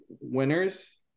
winners